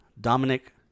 Dominic